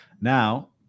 now